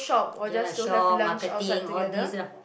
then I shop marketing all these lah